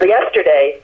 Yesterday